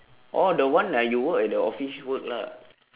oh the one ah you work at the office work lah